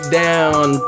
down